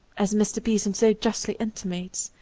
as mr. be sant so justly intimates,